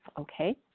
okay